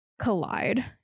collide